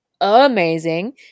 amazing